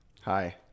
Hi